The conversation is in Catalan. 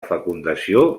fecundació